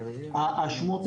השומות.